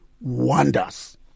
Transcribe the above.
wonders